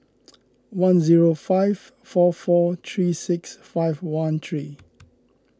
one zero five four four three six five one three